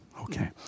Okay